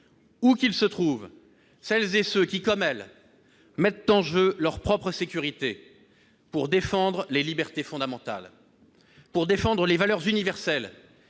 où qu'ils se trouvent, celles et ceux qui, comme elle, mettent en jeu leur propre sécurité pour défendre les libertés fondamentales, pour défendre les valeurs universelles